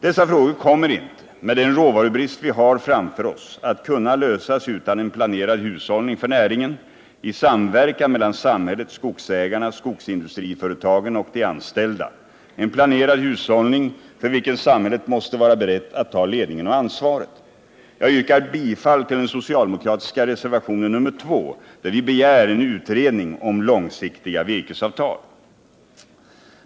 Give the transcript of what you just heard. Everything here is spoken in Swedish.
Dessa frågor kommer inte, med den råvarubrist vi har framför oss, att kunna lösas utan en planerad hushållning för näringen i samverkan mellan samhället, skogsägarna, skogsindustriföretagen och de anställda — en planerad hushållning för vilken samhället måste vara berett att ta ledningen och ansvaret. Jag yrkar bifall till den socialdemokratiska reservationen nr 2, där vi begär en utredning om långsiktiga virkesavtal.